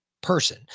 person